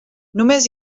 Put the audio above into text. només